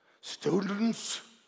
students